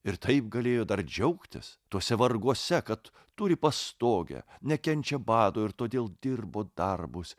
ir taip galėjo dar džiaugtis tuose varguose kad turi pastogę nekenčia bado ir todėl dirbo darbus